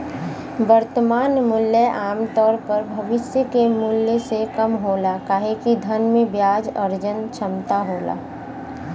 वर्तमान मूल्य आमतौर पर भविष्य के मूल्य से कम होला काहे कि धन में ब्याज अर्जन क्षमता होला